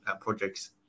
projects